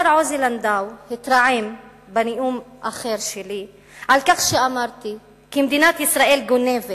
השר עוזי לנדאו התרעם על כך שאמרתי בנאום אחר שלי כי מדינת ישראל גונבת